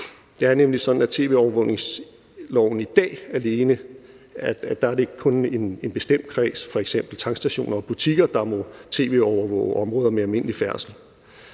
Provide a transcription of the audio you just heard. Det er nemlig sådan, at det med tv-overvågningsloven i dag kun er en bestemt kreds, f.eks. tankstationer og butikker, der må tv-overvåge områder med almindelig færdsel.